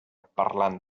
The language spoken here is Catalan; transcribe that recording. parlant